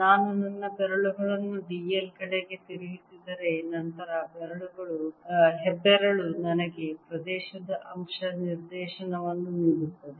ನಾನು ನನ್ನ ಬೆರಳುಗಳನ್ನು d l ಕಡೆಗೆ ತಿರುಗಿಸಿದರೆ ನಂತರ ಹೆಬ್ಬೆರಳು ನನಗೆ ಪ್ರದೇಶದ ಅಂಶ ನಿರ್ದೇಶನವನ್ನು ನೀಡುತ್ತದೆ